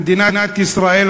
במדינת ישראל,